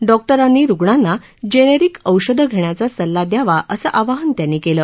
डॉक्टारांनी रुग्णांना जेनेरिक औषधं घेण्याचा सल्ला द्यावा असं आवाहान त्यांनी केलं